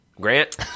Grant